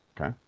Okay